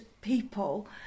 people